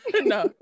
No